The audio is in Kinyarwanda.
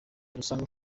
rusange